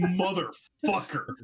motherfucker